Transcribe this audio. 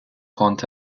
quant